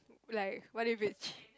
like what if it ch~